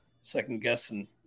second-guessing